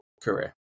Career